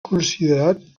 considerat